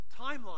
timeline